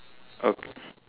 uh